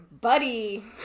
Buddy